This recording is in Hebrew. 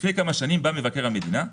לפני כמה שנים מבקר המדינה אמר: